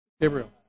Gabriel